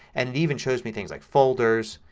and it even shows me things like folders.